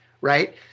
Right